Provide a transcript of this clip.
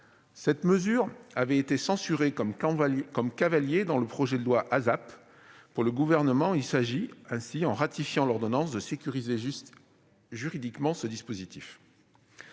Cette mesure avait été censurée comme cavalier dans le projet de loi ASAP. Pour le Gouvernement, il s'agit, en ratifiant l'ordonnance, de sécuriser juridiquement le dispositif.